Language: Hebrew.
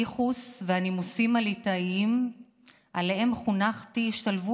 הייחוס והנימוסים הליטאיים שעליהם חונכתי השתלבו